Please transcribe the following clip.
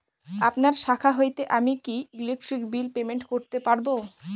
আপনার শাখা হইতে আমি কি ইলেকট্রিক বিল পেমেন্ট করতে পারব?